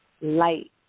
light